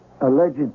alleged